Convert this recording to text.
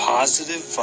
Positive